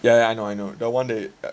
yeah yeah I know I know the one day